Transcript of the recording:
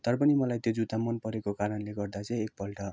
तर पनि मलाई त्यो जुत्ता मन परेको कारणले गर्दा चाहिँ एकपल्ट